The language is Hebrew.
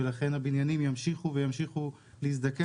ולכן הבניינים ימשיכו להזדקן,